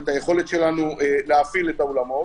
את היכולת שלנו להפעיל את האולמות.